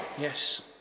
Yes